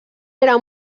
era